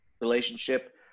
relationship